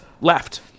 left